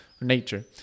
nature